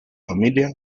familia